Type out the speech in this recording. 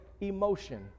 emotion